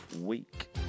week